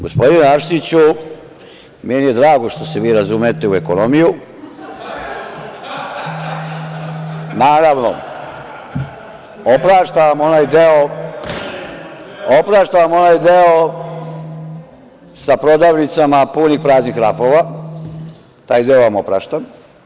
Gospodine Arsiću, meni je drago što se vi razumete u ekonomiju, naravno opraštam vam onaj deo sa prodavnicama punih praznih rafova, taj deo vam opraštam.